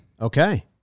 Okay